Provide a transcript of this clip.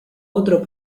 otro